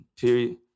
period